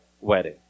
wedding